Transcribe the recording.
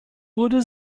wurde